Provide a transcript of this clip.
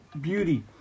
Beauty